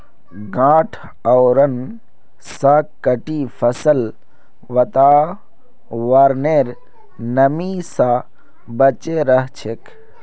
गांठ आवरण स कटी फसल वातावरनेर नमी स बचे रह छेक